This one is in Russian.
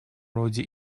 роде